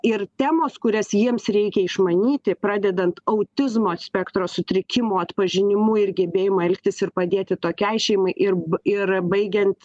ir temos kurias jiems reikia išmanyti pradedant autizmo spektro sutrikimų atpažinimu ir gebėjimą elgtis ir padėti tokiai šeimai ir ir baigiant